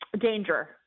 danger